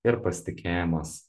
ir pasitikėjimas